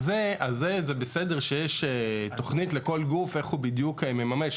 זה בסדר שיש תוכנית לכל גוף איך הוא בדיוק מממש,